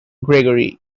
gregory